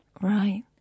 Right